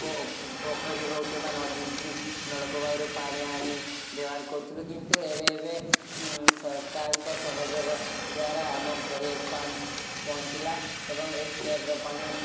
ପୋଖରୀ ହଉ କିମ୍ବା ନଦୀକି ନଳକୂଆଉରୁ ପାଣି ଆଣି ବ୍ୟବହାର କରୁଥିଲୁ କିନ୍ତୁ ଏବେ ଏବେ ସରକାରଙ୍କ ସହଯୋଗ ଦ୍ୱାରା ଆମ ଘରେ ପାଣି ପହଞ୍ଚିଲା ଏବଂ ଏହି ଟ୍ୟାପ୍ର ପାଣି